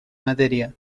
materia